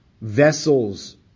vessels